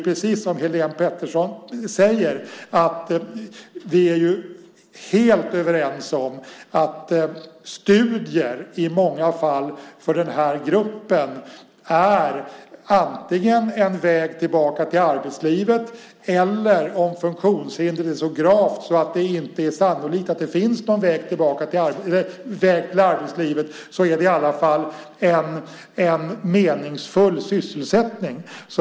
Precis som Helene Petersson säger är vi helt överens om att studier för den här gruppen i många fall antingen innebär en väg tillbaka till arbetslivet eller, om funktionshindret är så gravt att det inte är sannolikt att det finns en väg till arbetslivet, i alla fall till en meningsfull sysselsättning.